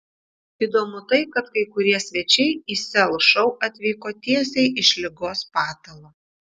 įdomu tai kad kai kurie svečiai į sel šou atvyko tiesiai iš ligos patalo